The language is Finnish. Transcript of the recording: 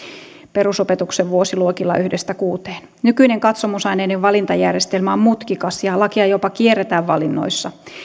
perusopetuksen vuosiluokilla yhden viiva kuudennen nykyinen katsomusaineiden valintajärjestelmä on mutkikas ja lakia jopa kierretään valinnoissa